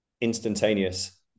Instantaneous